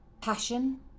passion